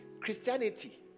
Christianity